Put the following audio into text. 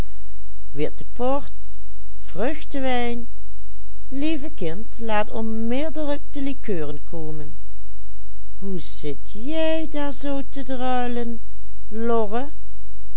komen hoe zit jij daar zoo te